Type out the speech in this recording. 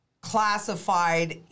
classified